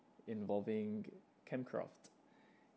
involving campcraft